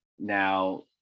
Now